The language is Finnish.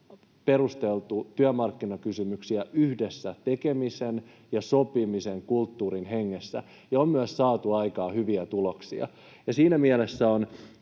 perusteltu työmarkkinakysymyksiä yhdessä tekemisen ja sopimisen kulttuurin hengessä, ja on myös saatu aikaan hyviä tuloksia. Siinä mielessä on